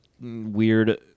weird